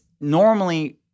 normally